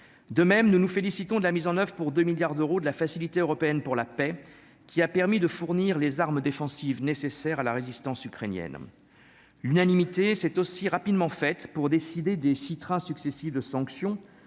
De même, nous nous félicitons de la mise en oeuvre pour 2 milliards d'euros de la Facilité européenne pour la paix qui a permis de fournir les armes défensives, nécessaires à la résistance ukrainienne, l'unanimité c'est aussi rapidement fait pour décider des citera successifs, de sanctions